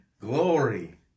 Glory